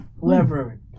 whoever